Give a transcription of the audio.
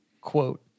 quote